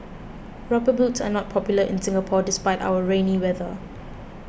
rubber boots are not popular in Singapore despite our rainy weather